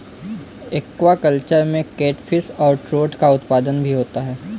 aquaculture में catfish और trout का उत्पादन भी होता है